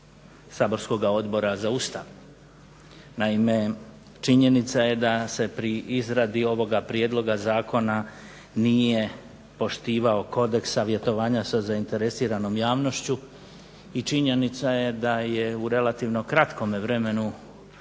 saborskoga Odbora za Ustav. Naime, činjenica je da se pri izradi ovoga prijedloga zakona nije poštivao kodeks savjetovanja sa zainteresiranom javnošću i činjenica je da je u relativno kratkome vremenu